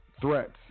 threats